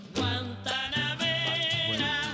Guantanamera